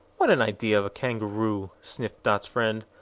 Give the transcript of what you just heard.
what an idea of a kangaroo! sniffed dot's friend,